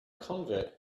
convert